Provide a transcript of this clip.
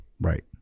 Right